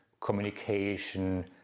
communication